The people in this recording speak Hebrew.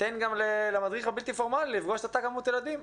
תן גם למדריך הבלתי פורמלי לפגוש את אותה כמות ילדים.